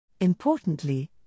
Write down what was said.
Importantly